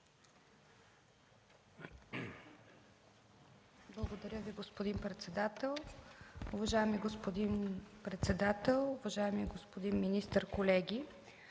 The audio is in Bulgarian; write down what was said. Благодаря Ви, господин председател. Уважаеми господин председател, уважаеми господин министър, колеги!